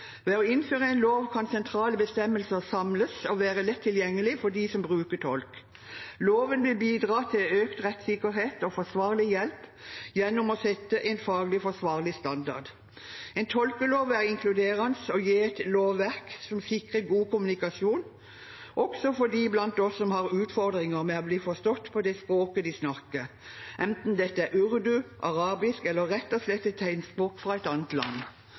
Ved å innføre en lov kan sentrale bestemmelser samles og være lett tilgjengelige for dem som bruker tolk. Loven vil bidra til økt rettssikkerhet og forsvarlig hjelp gjennom å sette en faglig forsvarlig standard. En tolkelov er inkluderende og gir et lovverk som sikrer god kommunikasjon også for dem blant oss som har utfordringer med å bli forstått på det språket de snakker, enten det er urdu, arabisk eller rett og slett et tegnspråk fra et annet land.